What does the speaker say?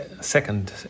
second